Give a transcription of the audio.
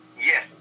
Yes